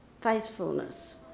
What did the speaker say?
faithfulness